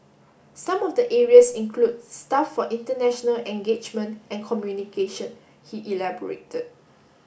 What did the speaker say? some of the areas include staff for international engagement and communication he elaborated